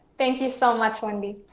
thank you so much, wendy.